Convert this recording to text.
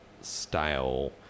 style